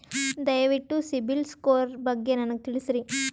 ದಯವಿಟ್ಟು ಸಿಬಿಲ್ ಸ್ಕೋರ್ ಬಗ್ಗೆ ನನಗ ತಿಳಸರಿ?